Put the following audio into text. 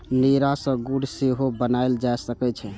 नीरा सं गुड़ सेहो बनाएल जा सकै छै